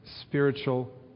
spiritual